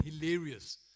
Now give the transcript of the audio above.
hilarious